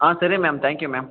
ಹಾಂ ಸರಿ ma'am thank you ma'am